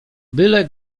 byle